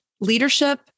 leadership